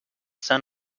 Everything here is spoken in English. son